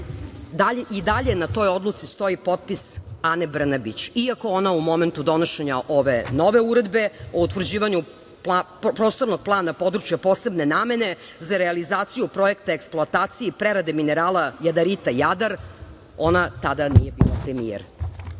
I dalje na toj odluci stoji potpis Ane Brnabić, iako ona u momentu donošenja ove nove Uredbe o utvrđivanju prostornog plana područja posebne namena za realizaciju projekta eksploataciji i prerade minerala jadarita - Jadar ona tada nije bila premijer.U